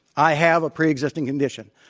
i have a preexisting condition.